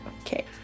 Okay